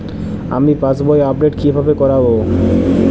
আমি passbook update কিভাবে করাব?